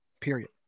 period